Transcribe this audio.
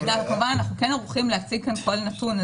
אנחנו ערוכים להציג כאן כל נתון,